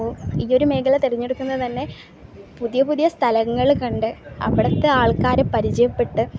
അപ്പോൾ ഈ ഒരു മേഖല തിരെഞ്ഞെടുക്കുന്നത് തന്നെ പുതിയ പുതിയ സ്ഥലങ്ങൾ കണ്ട് അവിടുത്തെ ആൾക്കാരെ പരിചയപ്പെട്ട്